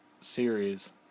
series